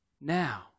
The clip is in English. now